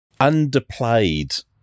underplayed